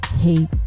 hate